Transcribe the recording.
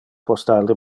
postal